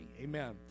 amen